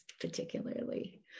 particularly